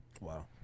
Wow